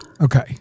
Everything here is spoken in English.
Okay